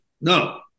No